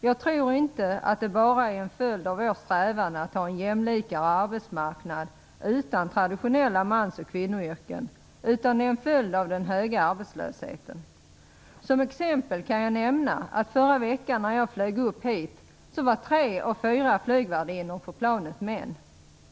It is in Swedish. Jag tror inte att det bara är en följd av vår strävan att ha en jämlikare arbetsmarknad, utan traditionella mans och kvinnoyrken, utan att det också är en följd av den höga arbetslösheten. Som exempel kan jag nämna att förra veckan när jag flög upp hit var tre av fyra flygvärdinnor på planet män.